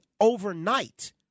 overnight